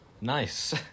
Nice